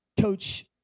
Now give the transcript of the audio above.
coach